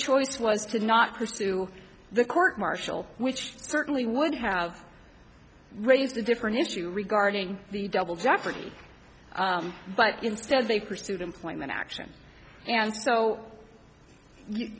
choice was to not pursue the court martial which certainly would have raised a different issue regarding the double jeopardy but instead they pursued employment action and so